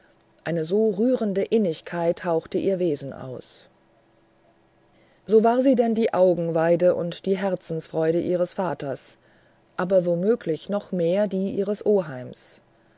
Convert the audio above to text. eine so rührende innigkeit hauchte ihr wesen aus so war sie denn die augenweide und die herzensfreude ihres vaters aber womöglich noch mehr die ihres oheims